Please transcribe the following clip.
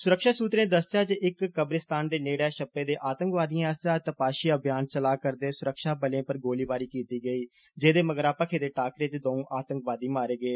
सुरक्षा सूत्रे दस्सेआ जे इक कब्रिस्तान दे नेडे छप्पे दे आतंकवादियें आस्सेआ तपाशी अभियान चलाऽ करदे सुरक्षाबलें पर गोलीबारी कीती गेई जेदे मगरा भखे दे टाकरे च दंऊ आतंकवादी मरे गे